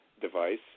device